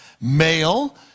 male